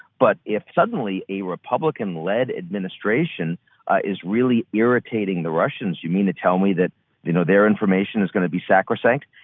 but if suddenly a republican-led administration is really irritating the russians, you mean to tell me that you know their information is going to be sacrosanct?